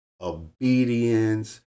obedience